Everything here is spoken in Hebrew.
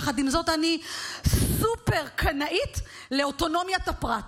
ויחד עם זאת אני סופר-קנאית לאוטונומיית הפרט,